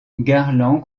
garland